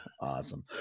Awesome